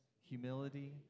humility